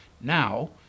now